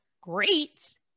great